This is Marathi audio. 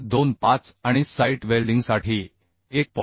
25 आणि साइट वेल्डिंगसाठी 1